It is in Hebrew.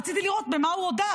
רציתי לראות במה הוא הודה.